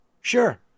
Sure